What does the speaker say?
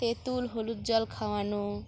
তেঁতুল হলুদ জল খাওয়ানো